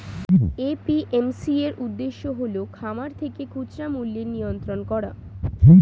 APMC এর উদ্দেশ্য হল খামার থেকে খুচরা মূল্যের নিয়ন্ত্রণ করা